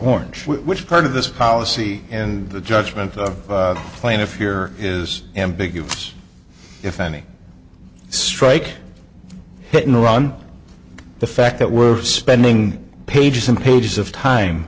orange which part of this policy and the judgment of plaintiff here is ambiguous if any strike hit and run the fact that we're spending pages and pages of time